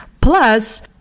plus